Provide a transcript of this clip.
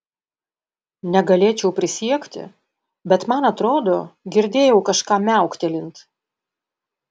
negalėčiau prisiekti bet man atrodo girdėjau kažką miauktelint